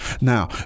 Now